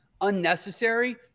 unnecessary